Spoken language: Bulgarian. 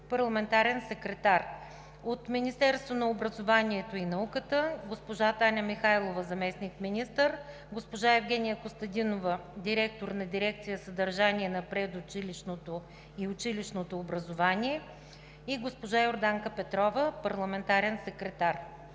парламентарен секретар; от Министерството на образованието и науката: госпожа Таня Михайлова – заместник-министър, госпожа Евгения Костадинова – директор на дирекция „Съдържание на предучилищното и училищното образование“, и госпожа Йорданка Петрова – парламентарен секретар.